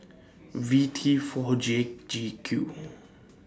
V T four J G Q